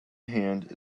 hand